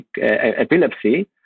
epilepsy